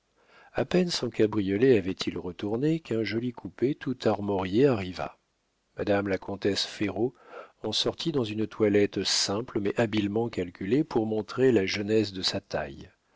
a peine son cabriolet avait-il retourné qu'un joli coupé tout armorié arriva madame la comtesse ferraud en sortit dans une toilette simple mais habilement calculée pour montrer la jeunesse de sa taille